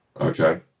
Okay